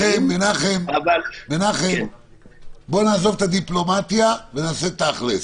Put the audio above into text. מנחם, בוא נעזוב את הדיפלומטיה ונעשה תכלס.